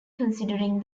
considering